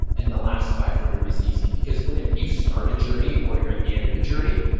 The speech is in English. and the last five hundred is easy, because whenever you start a journey, or you're at the end of a journey,